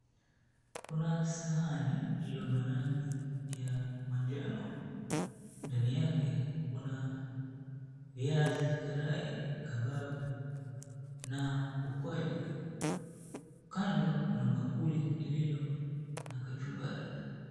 Kuna sahani lililo na rangi ya manjano ndani yake kuna viazi karai kababu na mkwaju. Kando kuna bakuli lililo na kachumbari.